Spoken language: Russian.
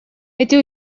эти